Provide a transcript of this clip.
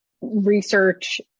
research